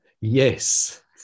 Yes